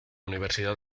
universidad